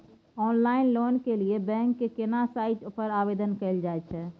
Online loan के लिए bank के केना साइट पर आवेदन कैल जाए छै?